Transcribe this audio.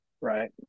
Right